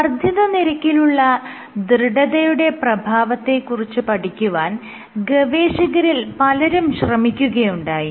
വർദ്ധിത നിരക്കിലുള്ള ദൃഢതയുടെ പ്രഭാവത്തെ കുറിച്ച് പഠിക്കുവാൻ ഗവേഷകരിൽ പലരും ശ്രമിക്കുകയുണ്ടായി